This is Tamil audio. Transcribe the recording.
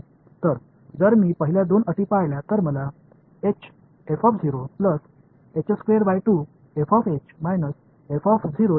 எனவே முதல் இரண்டு வெளிப்பாடுகளை வைத்திருந்தால் எனக்கு கிடைக்கும் பிழை என்ற வரிசையாக இருக்கும்